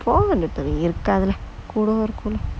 four hundred இருக்காது:irukaathu lah குறைவா இருக்கும்:kuraivaa irukkum